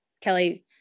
Kelly